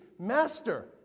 Master